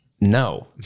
no